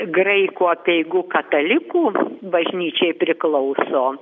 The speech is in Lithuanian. graikų apeigų katalikų bažnyčiai priklauso